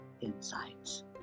insights